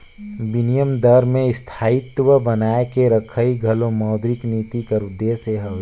बिनिमय दर में स्थायित्व बनाए के रखई घलो मौद्रिक नीति कर उद्देस हवे